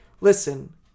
listen